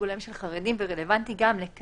הולם של חרדים והוא רלוונטי גם לכאן